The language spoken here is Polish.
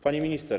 Pani Minister!